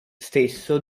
stesso